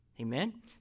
Amen